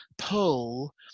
pull